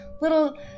little